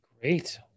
Great